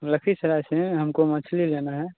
हम लखीसराय से हैं हमको मछली लेना है